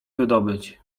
wydobyć